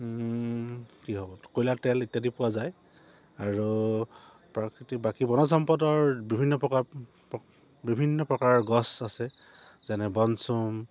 কি হ'ব কয়লা তেল ইত্যাদি পোৱা যায় আৰু প্ৰাকৃতিক বাকী বনজ সম্পদৰ বিভিন্ন প্ৰকাৰ বিভিন্ন প্ৰকাৰৰ গছ আছে যেনে বনচুম